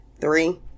Three